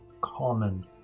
common